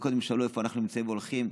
קודם שאלו איפה אנחנו נמצאים והולכים.